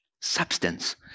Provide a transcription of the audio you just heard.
substance